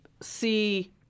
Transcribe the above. see